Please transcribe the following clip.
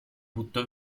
buttò